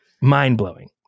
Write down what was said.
mind-blowing